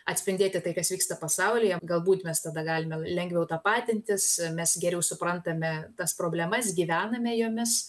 atspindėti tai kas vyksta pasaulyje galbūt mes tada galime lengviau tapatintis mes geriau suprantame tas problemas gyvename jomis